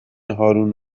هارون